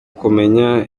kumenya